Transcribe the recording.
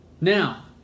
Now